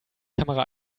kamera